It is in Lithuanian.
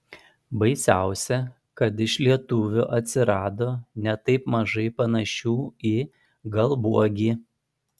baisiausia kad iš lietuvių atsirado ne taip mažai panašių į galbuogį